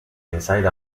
inside